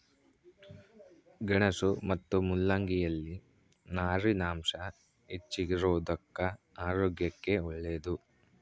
ಗೆಣಸು ಮತ್ತು ಮುಲ್ಲಂಗಿ ಯಲ್ಲಿ ನಾರಿನಾಂಶ ಹೆಚ್ಚಿಗಿರೋದುಕ್ಕ ಆರೋಗ್ಯಕ್ಕೆ ಒಳ್ಳೇದು